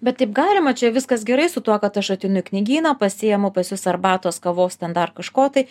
bet taip galima čia viskas gerai su tuo kad aš ateinu į knygyną pasiimu pas jus arbatos kavos ten dar kažko tai